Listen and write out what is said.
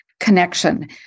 Connection